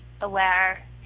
aware